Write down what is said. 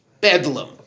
bedlam